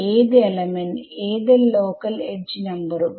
ഏത് എലമെന്റ് ഏത് local edge നമ്പറുകൾ